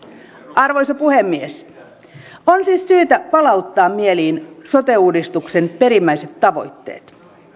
arvoisa puhemies on siis syytä palauttaa mieliin sote uudistuksen perimmäiset tavoitteet